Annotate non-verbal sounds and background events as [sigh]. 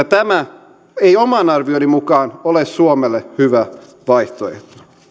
[unintelligible] tämä ei oman arvioni mukaan ole suomelle hyvä vaihtoehto